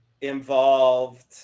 involved